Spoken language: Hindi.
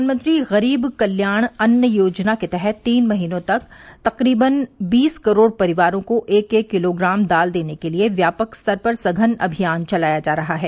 प्रधानमंत्री गरीब कल्याण अन्न योजना के तहत तीन महीनों तक तकरीबन बीस करोड़ परिवारों को एक एक किलोग्राम दाल देने के लिए व्यापक स्तर पर सघन अभियान चलाया जा रहा है